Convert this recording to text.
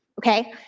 Okay